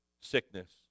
sickness